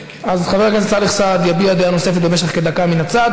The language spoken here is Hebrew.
אז חבר הכנסת סאלח סעד יביע דעה נוספת במשך כדקה מן הצד,